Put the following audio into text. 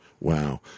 Wow